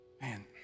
man